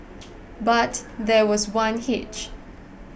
but there was one hitch